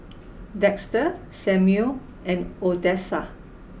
Dexter Samuel and Odessa